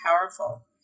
powerful